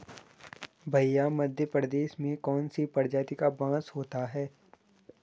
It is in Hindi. भैया मध्य प्रदेश में कौन सी प्रजाति का बांस होता है?